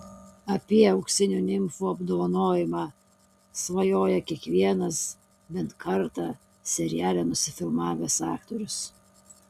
apie auksinių nimfų apdovanojimą svajoja kiekvienas bent kartą seriale nusifilmavęs aktorius